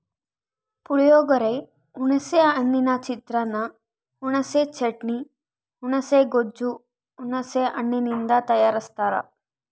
ಪುಳಿಯೋಗರೆ, ಹುಣಿಸೆ ಹಣ್ಣಿನ ಚಿತ್ರಾನ್ನ, ಹುಣಿಸೆ ಚಟ್ನಿ, ಹುಣುಸೆ ಗೊಜ್ಜು ಹುಣಸೆ ಹಣ್ಣಿನಿಂದ ತಯಾರಸ್ತಾರ